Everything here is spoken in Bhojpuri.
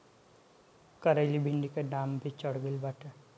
करइली भिन्डी के दाम भी चढ़ गईल बाटे